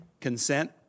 Consent